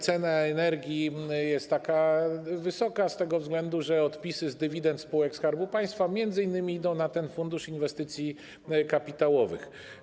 Cena energii jest tak wysoka m.in. z tego względu, że odpisy z dywidend spółek Skarbu Państwa idą m.in. na ten Fundusz Inwestycji Kapitałowych.